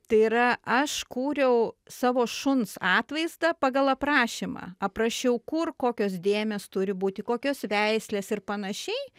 tai yra aš kūriau savo šuns atvaizdą pagal aprašymą aprašiau kur kokios dėmės turi būti kokios veislės ir panašiai